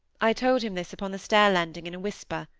i told him this upon the stair-landing in a whisper.